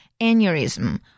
Aneurysm